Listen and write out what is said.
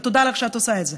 ותודה לך שאתה עושה את זה,